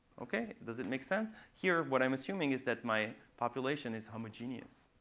ok, does it make sense? here what i am assuming is that my population is homogeneous.